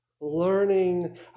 learning